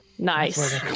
Nice